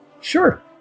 Sure